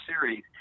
series